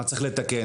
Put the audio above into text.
מה צריך לתקן.